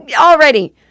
already